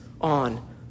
on